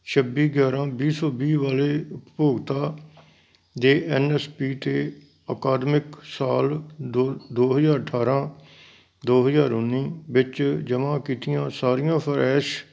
ਛੱਬੀ ਗਿਆਰਾਂ ਵੀਹ ਸੌ ਵੀਹ ਵਾਲੇ ਉਪਭੋਗਤਾ ਜੇ ਐਨ ਐਸ ਪੀ 'ਤੇ ਅਕਾਦਮਿਕ ਸਾਲ ਦੋ ਦੋ ਹਜ਼ਾਰ ਅਠਾਰਾਂ ਦੋ ਹਜ਼ਾਰ ਉੱਨੀ ਵਿੱਚ ਜਮ੍ਹਾਂ ਕੀਤੀਆਂ ਸਾਰੀਆਂ ਫਰੈਸ਼